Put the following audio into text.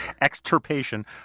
Extirpation